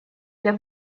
для